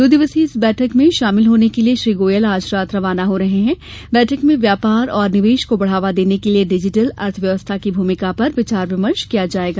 दो दिवसीय इस बैठक में शामिल होने के लिये श्री गोयल आज रात रवाना हो रहे हैं बैठक में व्यापार और निवेश को बढ़ावा देने के लिये डिजिटल अर्थव्यवस्था की भूमिका पर विचार विमर्श किया जायेगा